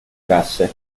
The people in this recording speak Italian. casse